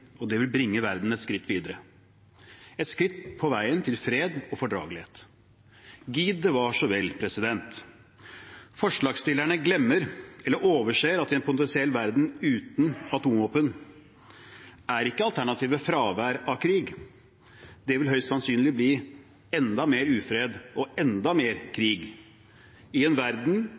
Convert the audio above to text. og det vil bringe verden et skritt videre – et skritt på veien til fred og fordragelighet. Gid det var så vel. Forslagsstillerne glemmer, eller overser, at i en potensiell verden uten atomvåpen er ikke alternativet fravær av krig. Det vil høyst sannsynlig bli enda mer ufred og enda mer krig. I en verden